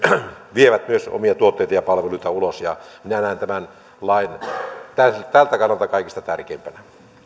vievät omia tuotteitaan ja palveluitaan ulos minä näen tämän lain tältä kannalta kaikista tärkeimpänä